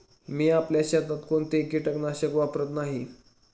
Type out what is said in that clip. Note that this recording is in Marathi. मी आपल्या शेतात कोणतेही कीटकनाशक वापरत नाही